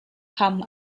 kamen